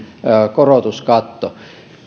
korotuskatto